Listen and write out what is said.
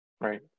Right